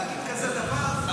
להגיד כזה דבר?